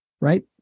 right